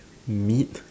meat